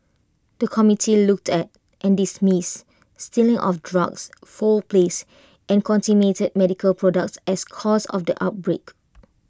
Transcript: the committee looked at and dismissed stealing of drugs foul plays and contaminated medical products as causes of the outbreak